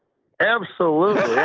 absolutely.